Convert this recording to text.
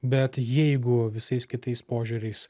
bet jeigu visais kitais požiūriais